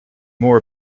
more